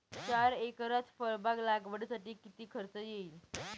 चार एकरात फळबाग लागवडीसाठी किती खर्च येईल?